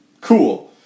Cool